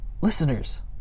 listeners